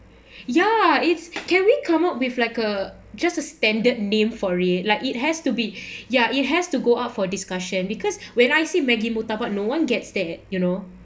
ya it's can we come up with like a just a standard name for it like it has to be ya it has to go up for discussion because when I see maggie murtabak no one gets there you know